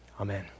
Amen